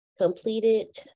completed